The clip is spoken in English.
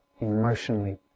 emotionally